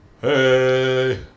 Hey